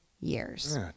years